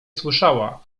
słyszała